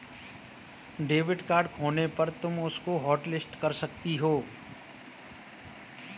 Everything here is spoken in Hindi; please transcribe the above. डेबिट कार्ड खोने पर तुम उसको हॉटलिस्ट कर सकती हो